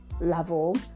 level